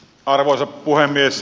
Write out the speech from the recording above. arvoisa puhemies